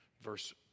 Verse